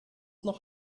noch